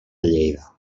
lleida